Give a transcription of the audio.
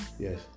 Yes